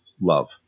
love